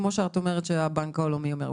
כמו שאת אומרת שהבנק העולמי אומר,